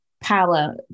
power